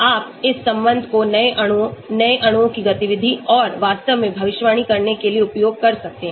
आप इस संबंध को नए अणुओं नए अणुओं की गतिविधि और वास्तव में भविष्यवाणी करने के लिए उपयोग कर सकते हैं